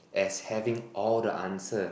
as having all the answer